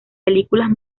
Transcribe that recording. películas